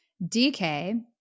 DK